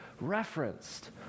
referenced